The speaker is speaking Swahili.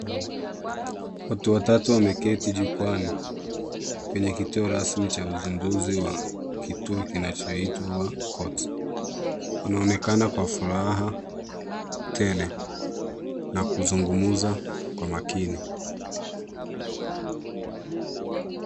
Watu watatu wameketi jukuani kwenye kituo rasmi cha usindisi wa kituo kinachoitwa courts wanaonekana kwa furaha tele na kusungumsa kwa makini